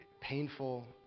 painful